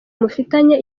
mufitanye